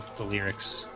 the lyrics.